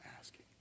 asking